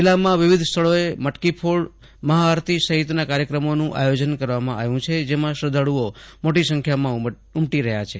જિલ્લામાં વિવધ સ્થળોએ મટકી ફોડ મહાઆરતી સહીતના કાર્યક્રમનું આયોજન કરવામાં આવ્યું છે જેમાં શ્રધ્ધાળુઓ મોટી સંખ્યામાં ઉમટી રહ્યા છે